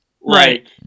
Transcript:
Right